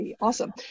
awesome